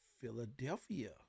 Philadelphia